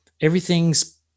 Everything's